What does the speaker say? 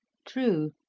true,